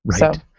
Right